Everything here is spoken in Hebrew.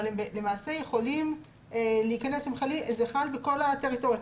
הם למעשה יכולים להיכנס אם זה חל בכל הטריטוריות.